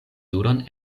juron